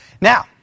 Now